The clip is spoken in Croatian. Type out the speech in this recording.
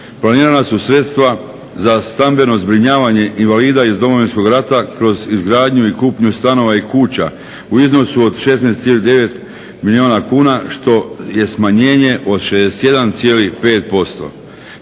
planirana su sredstva za stambeno zbrinjavanje invalida iz Domovinskog rata kroz izgradnju i kupnju stanova i kuća u iznosu od 16,9 milijuna kuna što je smanjenje od 61,5%,